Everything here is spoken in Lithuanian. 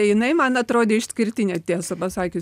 jinai man atrodė išskirtinė tiesą pasakius